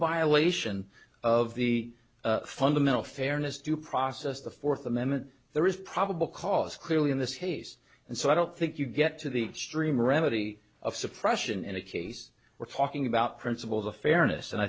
lesion of the fundamental fairness due process the fourth amendment there is probable cause clearly in this case and so i don't think you get to the stream remedy of suppression in a case we're talking about principles of fairness and i